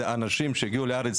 זה אנשים שהגיעו לארץ,